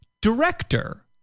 Director